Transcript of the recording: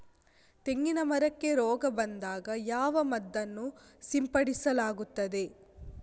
ತೆಂಗಿನ ಮರಕ್ಕೆ ರೋಗ ಬಂದಾಗ ಯಾವ ಮದ್ದನ್ನು ಸಿಂಪಡಿಸಲಾಗುತ್ತದೆ?